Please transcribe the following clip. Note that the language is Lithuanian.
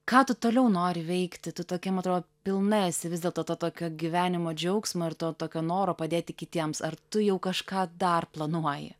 ką tu toliau nori veikti tu tokia man atrodo pilna esi vis dėlto to tokio gyvenimo džiaugsmo ir to tokio noro padėti kitiems ar tu jau kažką dar planuoji